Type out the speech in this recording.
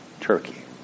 Turkey